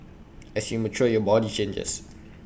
as you mature your body changes